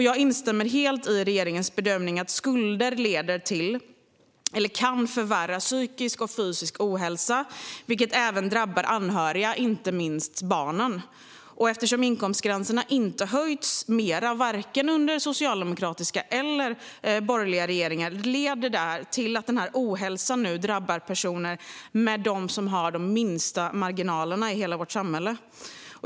Jag instämmer helt i regeringens bedömning att skulder kan förvärra psykisk och fysisk ohälsa, vilket även drabbar anhöriga, inte minst barn. Eftersom inkomstgränserna inte har höjts mer under vare sig socialdemokratiska eller borgerliga regeringar leder det till att denna ohälsa drabbar dem med de minsta marginalerna i hela vårt samhälle.